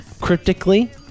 cryptically